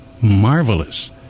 marvelous